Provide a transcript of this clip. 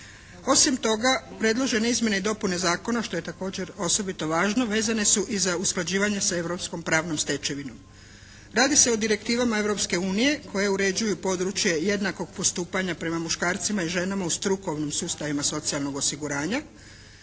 Osim toga predložene izmjene i dopune zakona, što je također osobito važno vezane su i za usklađivanje sa europskom pravnom stečevinom. Radi se o direktivama Europske unije koje uređuju područje jednakog postupanja prema muškarcima i ženama u strukovnim sustavima socijalnog osiguranja,